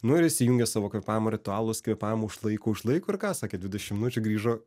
nu ir įsijungęs savo kvėpavimo ritualus kvėpavimą užlaiko užlaiko ir ką sakė dvidešimt minučių grįžo